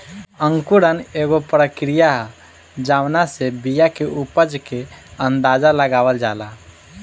अंकुरण एगो प्रक्रिया ह जावना से बिया के उपज के अंदाज़ा लगावल जाला